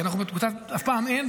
כי אף פעם אין,